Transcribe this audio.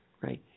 right